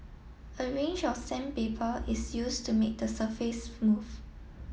a range of sandpaper is used to make the surface smooth